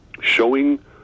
showing